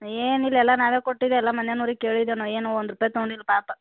ಏನು ಇಲ್ಲ ಎಲ್ಲ ನಾವೇ ಕೊಟ್ಟಿದ್ದು ಎಲ್ಲ ಮನೇನೋರಿಗೆ ಕೇಳಿದೆವು ಏನೂ ಒಂದು ರೂಪಾಯಿ ತೊಗೊಂಡಿಲ್ಲ ಪಾಪ